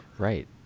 right